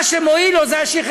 מה שמועיל לו זה השכחה.